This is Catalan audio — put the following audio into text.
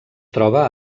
troba